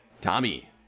Tommy